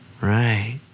Right